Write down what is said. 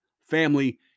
family